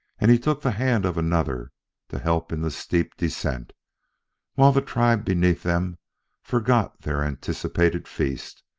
and he took the hand of another to help in the steep descent while the tribe beneath them forgot their anticipated feast,